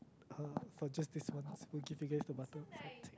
uh for just this once we'll give you the butter